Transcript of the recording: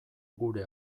gure